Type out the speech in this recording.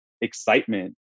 excitement